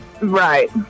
Right